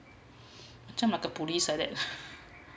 jump like a police like that